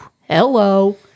Hello